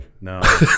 No